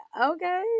okay